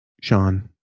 Sean